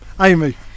Amy